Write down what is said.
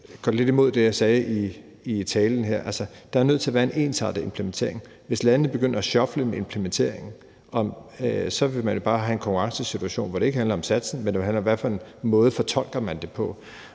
går lidt imod det, jeg sagde i talen her, altså at der er nødt til at være en ensartet implementering. For hvis landene begynder at sjofle med implementeringen, vil man jo bare have en konkurrencesituation, hvor det ikke handler om satsen, men hvor det handler om, hvad for en måde man fortolker det på.